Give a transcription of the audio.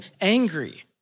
angry